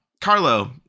Carlo